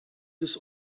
this